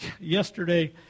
Yesterday